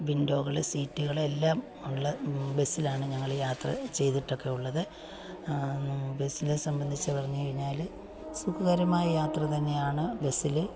വിൻഡോകള് സീറ്റ്കള് എല്ലാം ഉള്ള ബസ്സിലാണ് ഞങ്ങള് യാത്ര ചെയ്തിട്ടൊക്കെയുള്ളത് ബസ്സിനെ സംബന്ധിച്ച് പറഞ്ഞുകഴിഞ്ഞാല് സുഖകരമായ യാത്ര തന്നെയാണ് ബസ്സില്